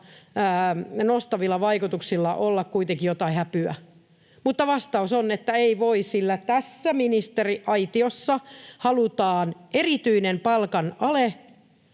nostavilla vaikutuksilla olla kuitenkin jotain häpyä. Vastaus on, että ei voi, sillä tässä ministeriaitiossa halutaan erityinen palkan ale